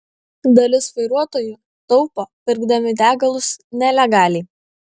dalis vairuotojų taupo pirkdami degalus nelegaliai